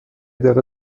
دقیقه